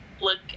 look